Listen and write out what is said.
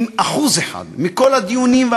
אם אחוז אחד מכל הדיונים,